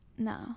No